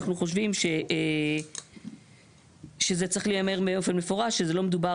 אנחנו חושבים שזה צריך להיאמר באופן מפורש שלא מדובר